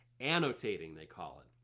annotating they call it,